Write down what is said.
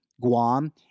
Guam